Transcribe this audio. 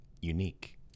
unique